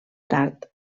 tard